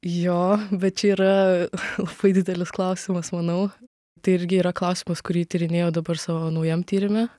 jo bet čia yra labai didelis klausimas manau tai irgi yra klausimas kurį tyrinėju dabar savo naujam tyrime